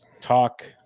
talk –